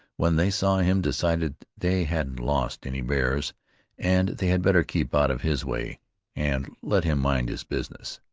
when they saw him, decided they hadn't lost any bears and they had better keep out of his way and let him mind his business.